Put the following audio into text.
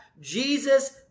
Jesus